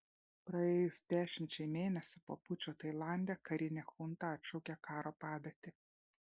praėjus dešimčiai mėnesių po pučo tailande karinė chunta atšaukė karo padėtį